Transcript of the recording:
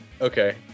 okay